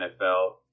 NFL